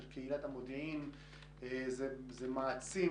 של קהילת המודיעין זה מעצים,